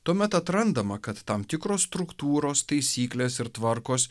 tuomet atrandama kad tam tikros struktūros taisyklės ir tvarkos